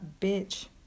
bitch